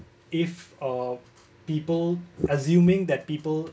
if a people assuming that people